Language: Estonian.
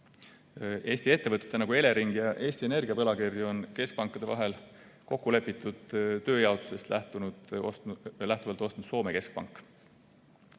Eesti ettevõtete, nagu Elering ja Eesti Energia, võlakirju on keskpankade vahel kokku lepitud tööjaotusest lähtuvalt ostnud Soome keskpank.